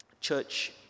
Church